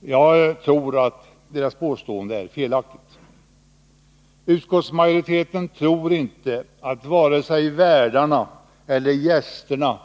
Jag tror att deras påstående är felaktigt. Utskottsmajoriteten tror inte att vare sig värdarna eller gästerna